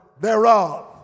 thereof